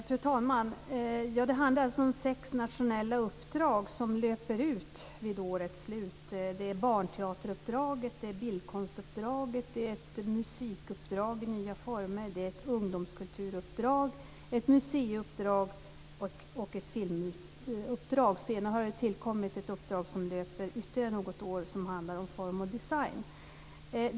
Fru talman! Det handlar alltså om sex nationella uppdrag som löper ut vid årets slut. Det är barnteateruppdraget, bildkonstuppdraget, ett musikuppdrag i nya former, ett ungdomskulturuppdrag, ett museiuppdrag och ett filmuppdrag. Senare har det tillkommit ett uppdrag som löper ytterligare något år och som handlar om form och design.